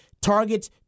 targets